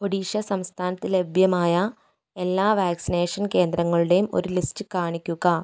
ഒഡീഷ സംസ്ഥാനത്ത് ലഭ്യമായ എല്ലാ വാക്സിനേഷൻ കേന്ദ്രങ്ങളുടെയും ഒരു ലിസ്റ്റ് കാണിക്കുക